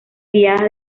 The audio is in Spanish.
guiadas